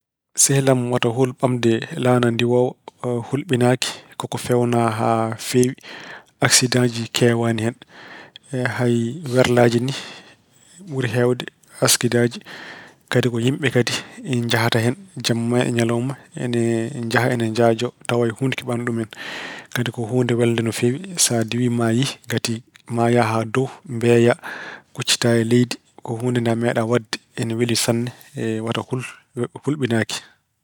Sehil am, wota hul ɓamde laana ndiwoowa, hulɓinaaki. Ko ko feewnaa haa feewi. Aksidaaji keewaani hen. Hay werlaaji ni ɓuri heewde aksidaaji. Kadi ko yimɓe kadi njahata jamma e ñalawma. Ena njaha, ina njaajo tawa hay huunde keɓaani ɗum en. Kadi ko huunde welde no feewi. Sa diwii maa yiyi ngati maa yahaa haa dow, mbeyaa, kuccitaa e leydi. Ko huunde nde a meeɗaa waɗde. Ina weli sanne. Wota hul, hulɓinaaki.